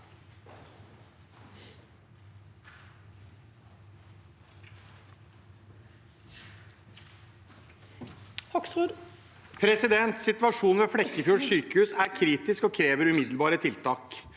Situasjonen ved Flekkefjord sykehus er kritisk og krever umiddelbare tiltak.